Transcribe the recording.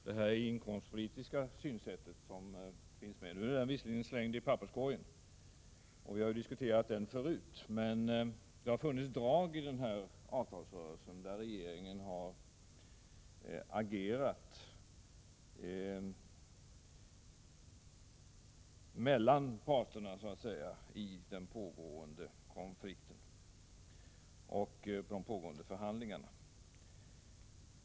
Den rapporten har vi diskuterat förut, och nu är den slängd i papperskorgen, men det har funnits drag i denna avtalsrörelse av att regeringen har agerat så att säga mellan parterna i den pågående konflikten och under pågående förhandlingar.